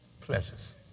pleasures